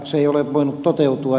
se ei ole voinut toteutua